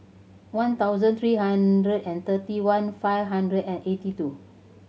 one thousand three hundred and thirty one five hundred and eighty two